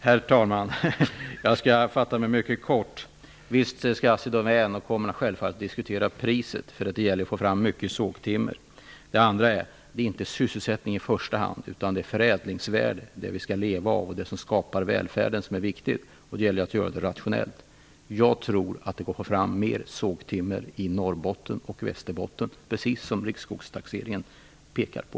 Herr talman! Jag skall fatta mig kort. Visst skall Assidomän diskutera priset. Det gäller att få fram mycket sågtimmer. Det är inte i första hand sysselsättningen utan det är förädlingsvärdet som vi skall leva av och som skapar välfärden. Det måste göras rationellt. Jag tror att det går att få fram mer sågtimmer i Norrbotten och Västerbotten, precis som riksskogstaxeringen pekar på.